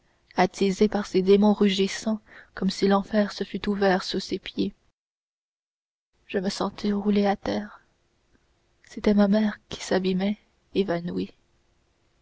attisé par ces démons rugissants comme si l'enfer se fût ouvert sous ses pieds je me sentis rouler à terre c'était ma mère qui s'abîmait évanouie